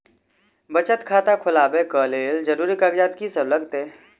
बचत खाता खोलाबै कऽ लेल जरूरी कागजात की सब लगतइ?